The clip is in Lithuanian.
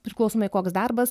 priklausomai koks darbas